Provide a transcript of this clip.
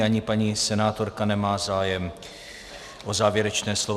Ani paní senátorka nemá zájem o závěrečné slovo.